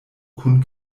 kun